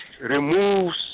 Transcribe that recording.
removes